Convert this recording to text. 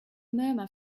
murmur